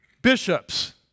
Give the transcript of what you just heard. Bishops